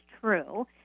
true